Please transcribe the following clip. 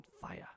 fire